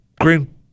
green